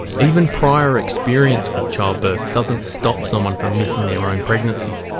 even prior experience with childbirth doesn't stop someone from missing their own pregnancy.